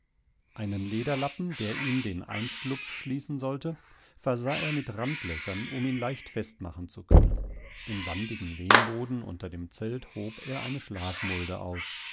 einen lederlappen der ihm den einschlupf schließen sollte versah er mit randlöchern um ihn leicht festmachen zu können im sandigen lehmboden unter dem zelt hob er eine schlafmulde aus